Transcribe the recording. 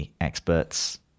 experts